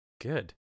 Good